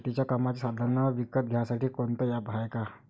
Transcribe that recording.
शेतीच्या कामाचे साधनं विकत घ्यासाठी कोनतं ॲप हाये का?